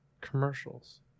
commercials